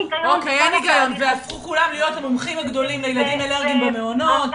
אין הגיון כולם הפכו להיות מומחים גדולים לילדים אלרגיים במעונות,